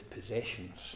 possessions